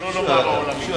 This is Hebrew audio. שלא לומר העולמית.